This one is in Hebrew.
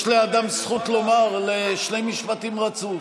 יש לאדם זכות לומר שני משפטים רצוף.